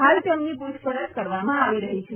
હાલ તેમની પૂછપરછ કરવામાં આવી રહી છે